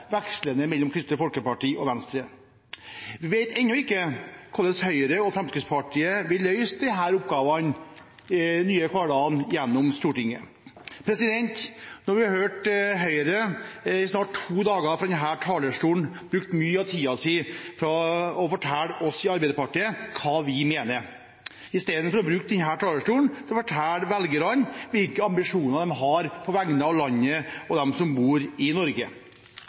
mellom Kristelig Folkeparti og Venstre. Vi vet ennå ikke hvordan Høyre og Fremskrittspartiet vil løse oppgavene i den nye hverdagen gjennom Stortinget. Nå har vi i snart to dager hørt Høyre fra denne talerstolen bruke mye av tiden sin på å fortelle oss i Arbeiderpartiet hva vi mener, i stedet for å bruke talerstolen til å fortelle velgerne hvilke ambisjoner de har på vegne av landet og dem som bor i Norge.